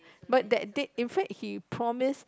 but that that that in fact he promise